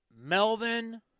Melvin